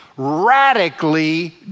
Radically